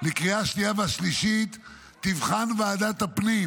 לקריאה השנייה והשלישית תבחן ועדת הפנים